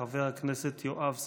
חבר הכנסת יואב סגלוביץ'.